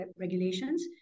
regulations